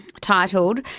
titled